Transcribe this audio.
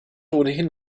ohnehin